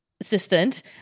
assistant